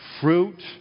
fruit